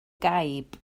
gaib